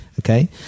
okay